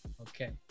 Okay